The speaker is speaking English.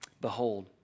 Behold